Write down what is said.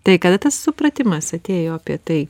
tai kada tas supratimas atėjo apie tai